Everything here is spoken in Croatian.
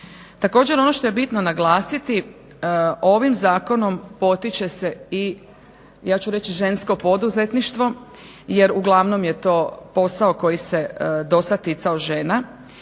Također, ono što je bitno naglasiti ovim zakonom potiče se i ja ću reći žensko poduzetništvo jer uglavnom je to posao koji se do sad ticao žena.